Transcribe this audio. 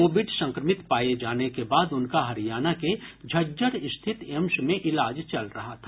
Covid संक्रमित पाये जाने के बाद उनका हरियाणा के झज्जर स्थित एम्स में इलाज चल रहा था